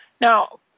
Now